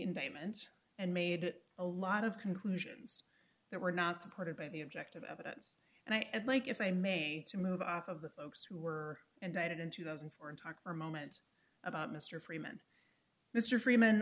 indictment and made a lot of conclusions that were not supported by the objective evidence and i add like if i may to move off of the folks who were indicted in two thousand and four and talk for a moment about mr freeman mr freeman